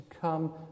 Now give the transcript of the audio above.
come